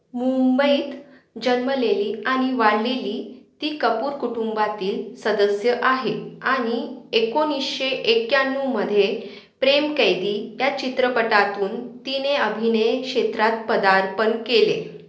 मुंबईत जन्मलेली आणि वाढलेली ती कपूर कुटुंबातील सदस्य आहे आणि एकोणीसशे एक्याण्णवमध्ये प्रेम कैदी या चित्रपटातून तिने अभिनय क्षेत्रात पदार्पण केले